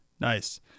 nice